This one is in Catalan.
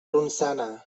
ronçana